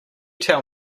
tell